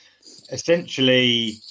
essentially